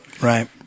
Right